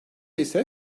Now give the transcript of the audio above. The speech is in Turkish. ise